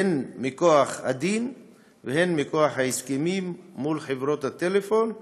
הן מכוח הדין והן מכוח ההסכמים מול חברות הטלפון.